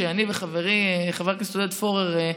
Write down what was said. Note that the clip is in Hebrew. שאני וחברי חבר הכנסת עודד פורר,